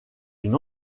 une